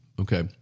Okay